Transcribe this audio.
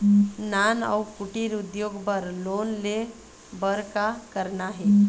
नान अउ कुटीर उद्योग बर लोन ले बर का करना हे?